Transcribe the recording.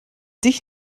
dich